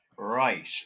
Right